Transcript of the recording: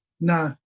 No